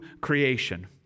creation